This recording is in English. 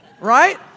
right